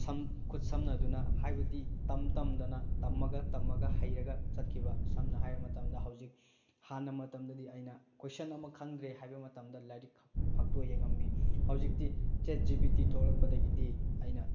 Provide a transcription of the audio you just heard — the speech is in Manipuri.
ꯈꯨꯠꯁꯝꯅꯗꯨꯅ ꯍꯥꯏꯕꯗꯤ ꯇꯝ ꯇꯝꯗꯅ ꯇꯝꯃꯒ ꯇꯝꯃꯒ ꯍꯩꯔꯒ ꯆꯠꯈꯤꯕ ꯁꯝꯅ ꯍꯥꯏꯔ ꯃꯇꯝꯗ ꯍꯧꯖꯤꯛ ꯍꯥꯟꯅ ꯃꯇꯝꯗꯗꯤ ꯑꯩꯅ ꯀꯣꯏꯁꯟ ꯑꯃ ꯈꯪꯗ꯭ꯔꯦ ꯍꯥꯏꯕ ꯃꯇꯝꯗ ꯂꯥꯏꯔꯤꯛꯈꯛ ꯐꯥꯛꯇꯣꯛꯑ ꯌꯦꯡꯉꯝꯃꯤ ꯍꯧꯖꯤꯛꯇꯤ ꯆꯦꯠ ꯖꯤ ꯄꯤ ꯇꯤ ꯊꯣꯛꯂꯛꯄꯗꯒꯤꯗꯤ ꯑꯩꯅ